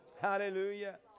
Hallelujah